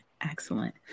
Excellent